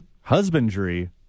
Husbandry